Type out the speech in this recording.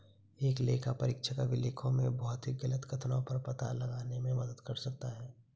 एक लेखापरीक्षक अभिलेखों में भौतिक गलत कथनों का पता लगाने में मदद कर सकता है